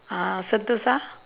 uh sentosa